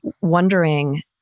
wondering